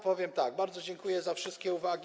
Powiem tak: bardzo dziękuję za wszystkie uwagi.